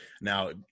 Now